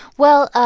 well,